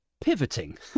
pivoting